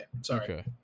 Sorry